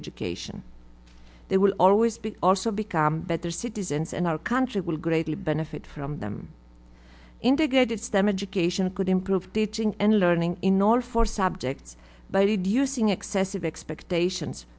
education they will always be also become better citizens and our country will greatly benefit from them integrated stem education could improve teaching and learning in order for subjects but read using excessive expectations